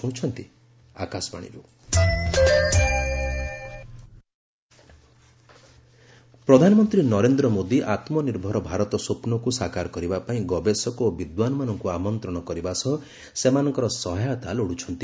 PM ଆମ୍ନିର୍ଭର ଭାରତ ପ୍ରଧାନମନ୍ତ୍ରୀ ନରେନ୍ଦ୍ର ମୋଦି ଆମ୍ନିର୍ଭର ଭାରତ ସ୍ୱପ୍ନକୁ ସାକାର କରିବା ପାଇଁ ଗବେଷକ ଓ ବିଦ୍ୱାନମାନଙ୍କୁ ଆମନ୍ତ୍ରଣ କରିବା ସହ ସେମାନଙ୍କର ସହାୟତା ଲୋଡୁଛନ୍ତି